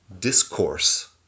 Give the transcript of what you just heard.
discourse